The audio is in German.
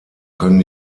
können